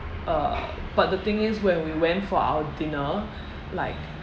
uh but the thing is when we went for our dinner like